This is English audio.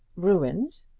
ruined!